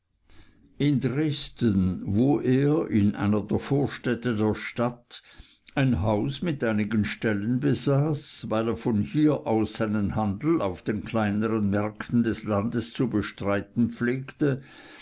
in dresden wo er in einer der vorstädte der stadt ein haus mit einigen ställen besaß weil er von hier aus seinen handel auf den kleineren märkten des landes zu bestreiten pflegte